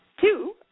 two